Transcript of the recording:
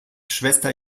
schwester